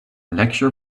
lecture